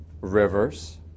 rivers